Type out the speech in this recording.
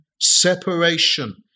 separation